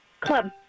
Club